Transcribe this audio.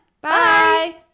Bye